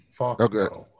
Okay